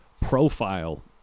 profile